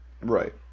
right